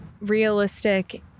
realistic